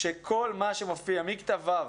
שכל מה שמופיע מכיתה ו'